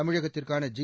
தமிழகத்திற்கான ஜி